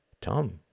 Tom